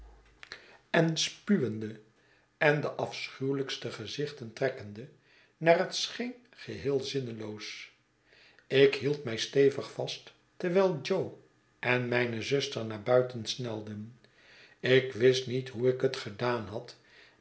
en spuwende en de afschuwelijkste gezichten trekkende naar het scheen geheel zinneloos ik hield mij stevig vast terwijl jo en mijne zuster naar buiten snelden ik wist niet hoe ik het gedaan had